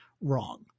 wrong